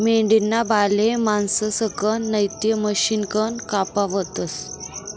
मेंढीना बाले माणसंसकन नैते मशिनकन कापावतस